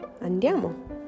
Andiamo